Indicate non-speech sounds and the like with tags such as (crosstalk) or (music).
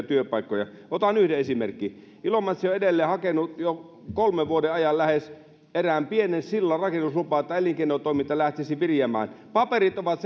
(unintelligible) työpaikkoja otan yhden esimerkin ilomantsi on edelleen hakenut jo lähes kolmen vuoden ajan erään pienen sillan rakennuslupaa että elinkeinotoiminta lähtisi viriämään paperit ovat (unintelligible)